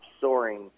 soaring